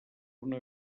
una